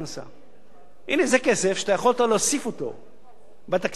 זה כסף שאתה יכולת להוסיף אותו בתקציב להוצאה הציבורית שלך,